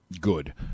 good